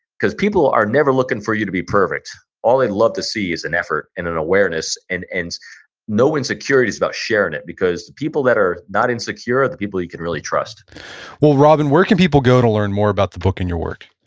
because people are never looking for you to be perfect. all they love to see is an and effort and an awareness and and no insecurity is about sharing it because the people that are not insecure are the people you can't really trust well robin, where can people go to learn more about the book and your work?